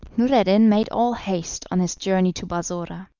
noureddin made all haste on his journey to balsora,